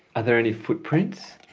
are there any footprints?